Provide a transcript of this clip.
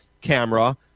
camera